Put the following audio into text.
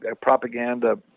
propaganda